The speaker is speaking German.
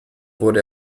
wurde